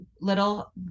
little